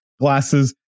glasses